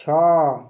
ଛଅ